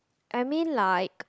I mean like